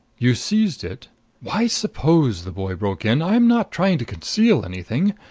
you seized it why suppose? the boy broke in. i'm not trying to conceal anything.